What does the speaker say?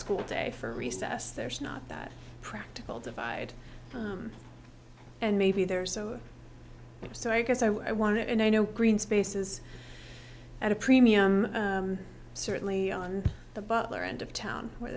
school day for recess there's not that practical divide and maybe there's over so i guess i want to and i know green spaces at a premium certainly on the butler end of town where